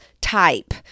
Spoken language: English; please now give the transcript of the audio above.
type